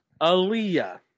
Aaliyah